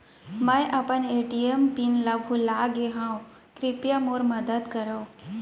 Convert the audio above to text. मै अपन ATM PIN ला भूलागे हव, कृपया मोर मदद करव